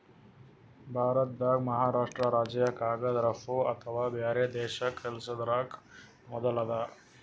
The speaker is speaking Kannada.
ಭಾರತ್ದಾಗೆ ಮಹಾರಾಷ್ರ್ಟ ರಾಜ್ಯ ಕಾಗದ್ ರಫ್ತು ಅಥವಾ ಬ್ಯಾರೆ ದೇಶಕ್ಕ್ ಕಲ್ಸದ್ರಾಗ್ ಮೊದುಲ್ ಅದ